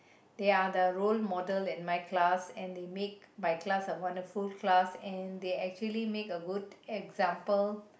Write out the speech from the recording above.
they are the role model in my class and they make my class a wonderful class and they actually make a good example